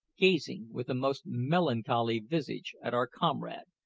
gazing with a most melancholy visage at our comrade,